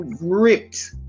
ripped